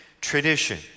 tradition